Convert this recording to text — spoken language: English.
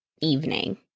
evening